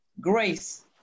grace